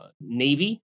Navy